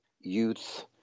youth